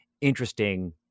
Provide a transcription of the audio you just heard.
interesting